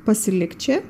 pasilikt čia